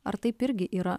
ar taip irgi yra